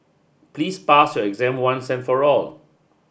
please pass your exam once and for all